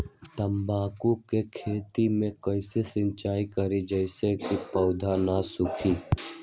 तम्बाकू के खेत मे कैसे सिंचाई करें जिस से पौधा नहीं सूखे?